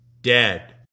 dead